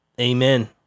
Amen